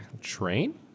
train